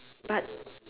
but